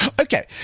Okay